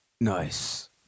Nice